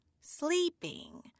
Sleeping